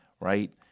Right